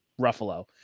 ruffalo